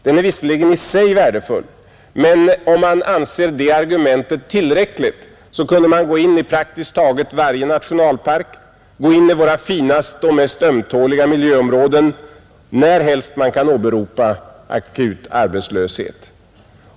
Den är visserligen i sig värdefull, men om man anser det argumentet tillräckligt så kunde man gå in i praktiskt taget varje nationalpark, gå in i våra finaste och mest ömtåliga miljöområden närhelst man kan åberopa akut arbetslöshet.